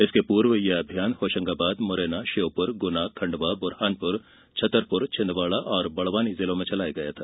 इसके पूर्व अभियान होशंगाबाद मुरैना श्योपुर गुना खंडवा बुरहानपुर छतरपुर छिन्दवाड़ा और बड़वानी जिलों में चलाया गया था